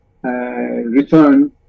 Return